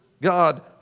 God